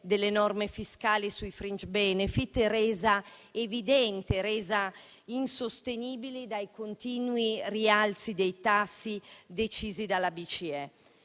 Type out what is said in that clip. delle norme fiscali sui *fringe benefit* resa evidente e insostenibile dai continui rialzi dei tassi decisi dalla Banca